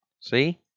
See